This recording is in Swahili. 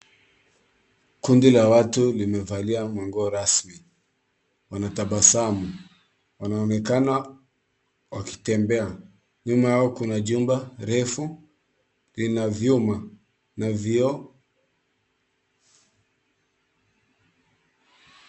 Kundi la watu limevalia manguo rasmi. Wanatabasamu. Wanaonekana wakitembea. Nyuma yao kuna jumba refu, lina vyuma na vioo.